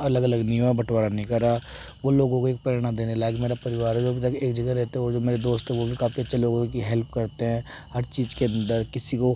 अलग अलग नहीं हुआ बँटवारा नहीं करा वह लोगों को एक प्रेरणा देने लायक मेरा परिवार है जो एक जगह रहते हैं और जो मेरे दोस्त है वह भी काफी अच्छे लोगों की हेल्प करते हैं हर चीज़ के दर किसी को